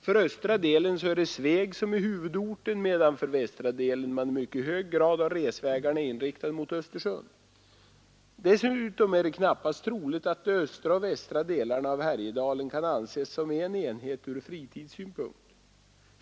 För den östra delen är det Sveg som är huvudorten medan man för den västra delen i mycket hög grad har resvägarna inriktade mot Östersund. Dessutom är det knappast troligt att de östra och de västra delarna av Härjedalen kan anses som en enhet ur fritidssynpunkt.